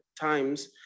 times